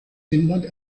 finnland